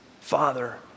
Father